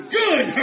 good